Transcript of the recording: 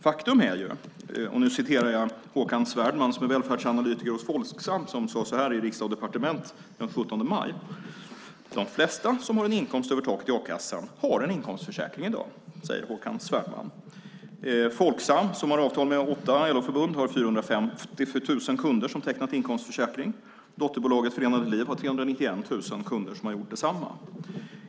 Faktum är, och nu citerar jag Håkan Svärdman som är välfärdsanalytiker hos Folksam och som sade så här i Riksdag & Departement den 17 maj: "De flesta som har en inkomst över taket i a-kassan har en inkomstförsäkring idag." Folksam, som har avtal med åtta LO-förbund, har 450 000 kunder som tecknat inkomstförsäkring. Dotterbolaget Förenade liv har 391 000 kunder som har gjort detsamma.